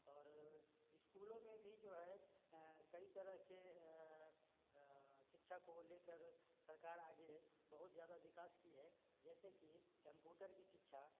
और स्कूलों में भी जो है कई तरह के शिक्षा को लेकर सरकार आगे बहुत ज़्यादा विकास की है जैसे कि कैम्पुटर की शिक्षा